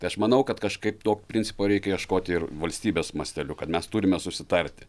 tai aš manau kad kažkaip to principo reikia ieškoti ir valstybės masteliu kad mes turime susitarti